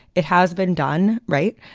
it has been done right.